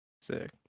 sick